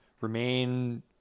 remain